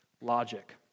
logic